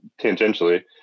tangentially